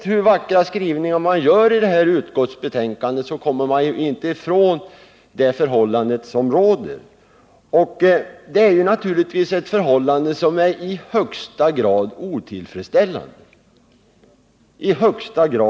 Hur vackra skrivningar utskottet än gör i sitt betänkande kommer man inte ifrån det förhållande som råder, och det är naturligtvis ett förhållande som är i högsta grad otillfredsställande.